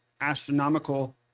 astronomical